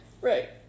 Right